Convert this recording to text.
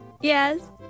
Yes